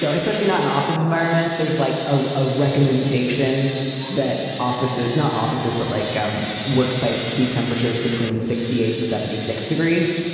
so especially not an office environment. there's like a a recommendation that office is not offices, but like um work sites keep temperatures between sixty eight and seventy six degrees.